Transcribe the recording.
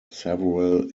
several